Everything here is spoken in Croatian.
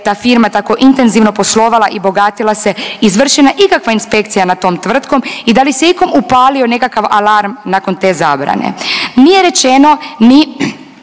ta firma tako intenzivno poslovala i bogatila se izvršena ikakva inspekcija nad tom tvrtkom i da li se ikom upalio nekakav alarm nakon te zabrane. Nije rečeno ni